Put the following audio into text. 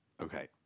okay